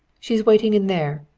she's waiting in there,